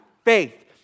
Faith